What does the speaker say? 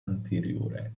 anteriore